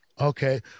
Okay